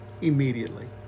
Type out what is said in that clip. Immediately